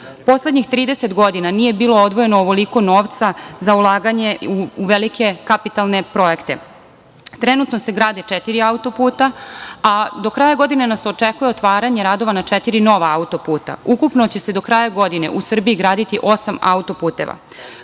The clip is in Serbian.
Poslednjih 30 godina nije bilo odvojeno ovoliko novca za ulaganje u velike kapitalne projekte. Trenutno se gradi četiri autoputa, a do kraja godine nas očekuje otvaranje radova na četiri nova autoputa. Ukupno će se do kraja godine u Srbiji graditi osam autoputeva. Kako